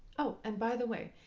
oh, and by the way,